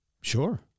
Sure